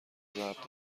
ضرب